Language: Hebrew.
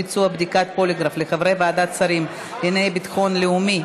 ביצוע בדיקת פוליגרף לחברי ועדת השרים לענייני ביטחון לאומי),